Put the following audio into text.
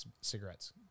cigarettes